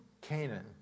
Canaan